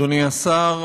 אדוני השר,